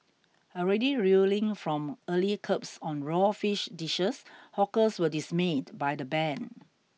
already reeling from early curbs on raw fish dishes hawkers were dismayed by the ban